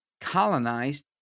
colonized